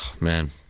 Man